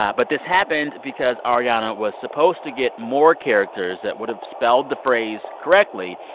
but this happened because ariana was supposed to get more characters that would have spelled the phrase correctly.